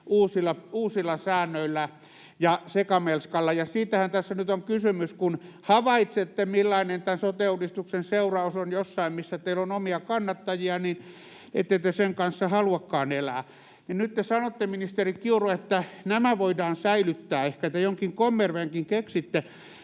uusilla säännöillä ja sekamelskalla, ja siitähän tässä nyt on kysymys. Kun havaitsette, millainen tämän sote-uudistuksen seuraus on jossain, missä teillä on omia kannattajia, niin ette te sen kanssa haluakaan elää, ja nyt te sanotte, ministeri Kiuru, että nämä voidaan säilyttää. Ehkä te jonkin kommervenkin keksitte,